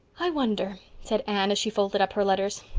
i wonder, said anne, as she folded up her letters,